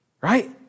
right